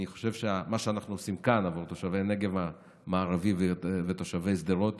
אני חושב שמה שאנחנו עושים כאן עבור תושבי הנגב המערבי ותושבי שדרות